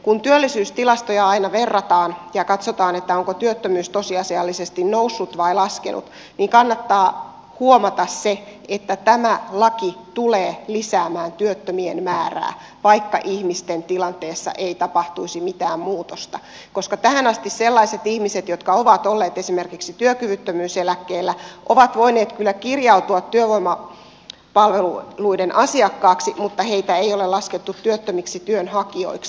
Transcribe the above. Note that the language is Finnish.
kun työllisyystilastoja aina verrataan ja katsotaan onko työttömyys tosiasiallisesti noussut vai laskenut niin kannattaa huomata se että tämä laki tulee lisäämään työttömien määrää vaikka ihmisten tilanteessa ei tapahtuisi mitään muutosta koska tähän asti sellaiset ihmiset jotka ovat olleet esimerkiksi työkyvyttömyyseläkkeellä ovat voineet kyllä kirjautua työvoimapalveluiden asiakkaiksi mutta heitä ei ole laskettu työttömiksi työnhakijoiksi